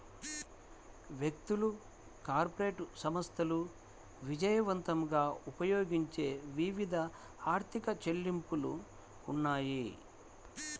వ్యక్తులు, కార్పొరేట్ సంస్థలు విజయవంతంగా ఉపయోగించే వివిధ ఆర్థిక చెల్లింపులు ఉన్నాయి